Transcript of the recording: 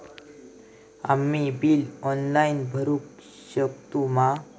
आम्ही bill online भरुक शकतू मा?